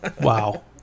wow